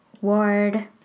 Ward